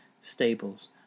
stables